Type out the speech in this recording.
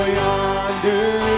yonder